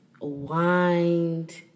wind